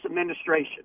administration